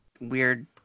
weird